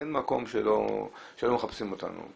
אין מקום שלא מחפשים אותנו.